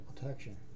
protection